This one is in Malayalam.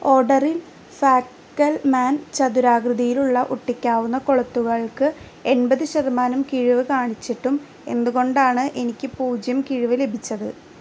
ഓഡറിൽ ഫാക്കൽമാൻ ചതുരാകൃതിയിലുള്ള ഒട്ടിക്കാവുന്ന കൊളുത്തുകൾക്ക് എൺപത് ശതമാനം കിഴിവ് കാണിച്ചിട്ടും എന്തുകൊണ്ടാണ് എനിക്ക് പൂജ്യം കിഴിവ് ലഭിച്ചത്